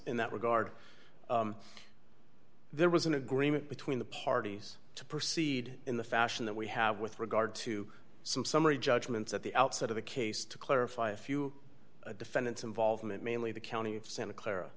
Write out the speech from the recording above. in that regard there was an agreement between the parties to proceed in the fashion that we have with regard to some summary judgment at the outset of the case to clarify a few defendants involvement mainly the county of santa clara